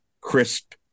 crisp